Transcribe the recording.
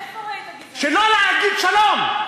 איפה ראית גזענות?